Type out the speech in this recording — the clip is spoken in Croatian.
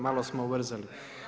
Malo smo ubrzali.